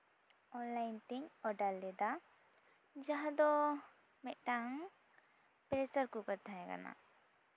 online ᱛᱮᱧ order ᱞᱮᱫᱟ ᱡᱟᱦᱟᱸ ᱫᱚ ᱢᱤᱫᱴᱟᱝ ᱯᱮᱥᱟᱨ ᱠᱩᱠᱟᱨ ᱛᱟᱦᱮ ᱠᱟᱱᱟ